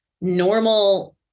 normal